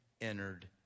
entered